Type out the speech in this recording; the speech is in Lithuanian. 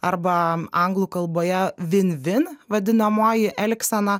arba anglų kalboje vin vin vadinamoji elgsena